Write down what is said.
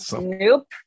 Nope